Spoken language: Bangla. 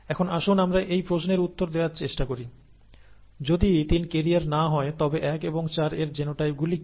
এখন আসুন আমরা এই প্রশ্নের উত্তর দেওয়ার চেষ্টা করি যদি 3 ক্যারিয়ার না হয় তবে 1 এবং 4 এর জিনোটাইপগুলি কি